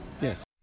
Yes